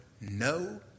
no